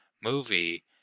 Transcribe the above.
movie